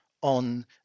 on